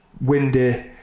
windy